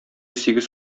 сигез